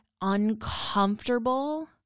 uncomfortable